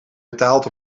betaald